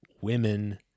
women